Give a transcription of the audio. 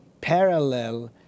parallel